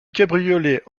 cabriolet